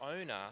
owner